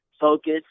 focus